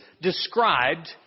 described